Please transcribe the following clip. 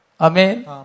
Amen